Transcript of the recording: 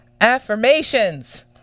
Affirmations